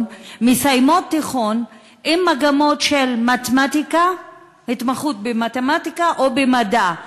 מסיימות במגמות של התמחות במתמטיקה או במדע,